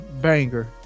banger